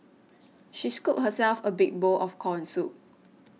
she scooped herself a big bowl of Corn Soup